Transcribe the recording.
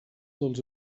dels